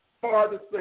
farthest